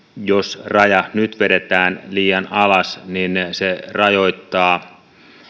jos raja nyt vedetään liian alas niin se rajoittaa